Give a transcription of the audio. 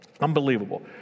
Unbelievable